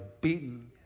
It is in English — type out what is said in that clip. beaten